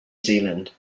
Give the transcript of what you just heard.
zealand